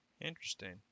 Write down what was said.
interesting